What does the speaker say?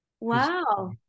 wow